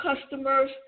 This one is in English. customers